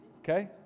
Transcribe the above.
Okay